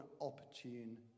opportune